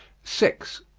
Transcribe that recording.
six.